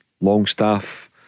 Longstaff